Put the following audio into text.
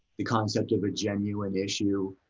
the concept of a genuine issue.